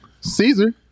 Caesar